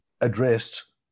addressed